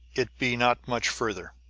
it be not much farther!